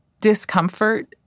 discomfort